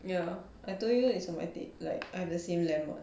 ya I told you it's romantic I have the same lamp [what]